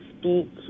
speak